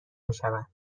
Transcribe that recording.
میشوند